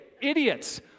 idiots